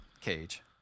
Cage